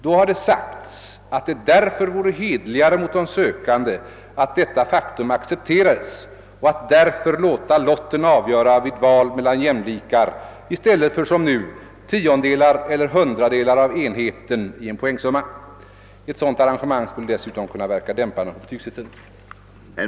Då har det sagts att det därför vore hederligare mot de sökande att detta faktum accepterades och att därför låta lotten avgöra vid val mellan jämlikar i stället för som nu tiondelar eller hundradelar av enheten i en poängsumma. Ett sådant arrangemang skulle dessutom kunna verka dämpande på betygshetsen.